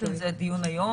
יש על זה דיון היום.